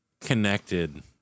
connected